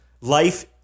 life